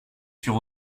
sur